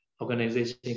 organization